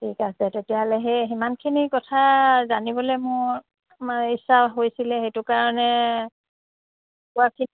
ঠিক আছে তেতিয়াহ'লে সেই সিমানখিনি কথা জানিবলৈ মোৰ ইচ্ছা হৈছিলে সেইটো কাৰণে পোৱা